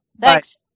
Thanks